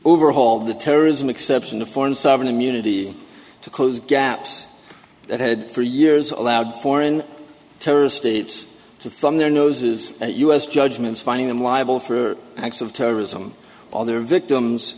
overhauled the terrorism exception to foreign sovereign immunity to close gaps that had for years allowed foreign terrorist states to thumb their noses at us judgments finding them liable for acts of terrorism on their victims